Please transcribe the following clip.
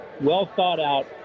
well-thought-out